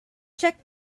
check